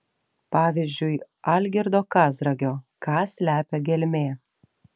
pavyzdžiui algirdo kazragio ką slepia gelmė